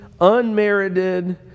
unmerited